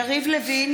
יריב לוין,